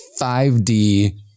5D